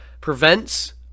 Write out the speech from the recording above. prevents